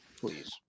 Please